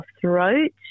throat